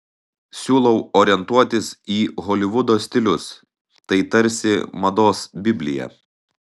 siūlau orientuotis į holivudo stilius tai tarsi mados biblija